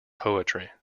poetry